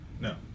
No